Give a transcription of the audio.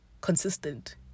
consistent